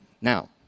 Now